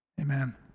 Amen